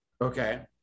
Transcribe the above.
Okay